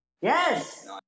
Yes